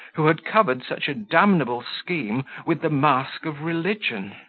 who had covered such a damnable scheme with the mask of religion.